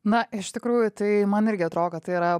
na iš tikrųjų tai man irgi atrodo kad tai yra